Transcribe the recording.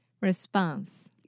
Response